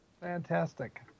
Fantastic